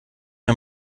mir